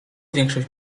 większość